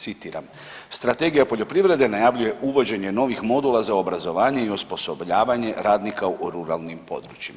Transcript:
Citiram, Strategija poljoprivrede najavljuje uvođenje novih modula za obrazovanje i osposobljavanje radnika u ruralnim područjima.